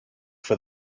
for